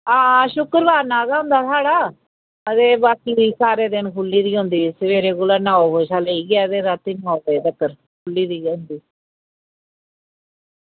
आं शुक्रवार नागा होंदा साढ़ा ते बाकी सारा दिन खुल्ली दी होंदी सबैह्रे नौ बजे कोला लेइयै ते शामीं नौ बज्जे तगर खुल्ली दी गै होंदी